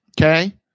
okay